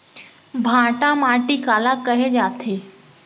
भांटा माटी काला कहे जाथे?